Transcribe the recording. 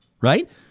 right